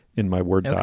in my words. yeah